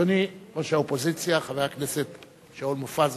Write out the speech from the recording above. אדוני ראש האופוזיציה, חבר הכנסת שאול מופז,